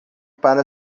para